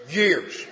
years